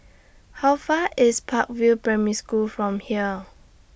How Far IS Park View Primary School from here